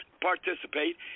participate